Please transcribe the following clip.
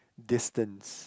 distance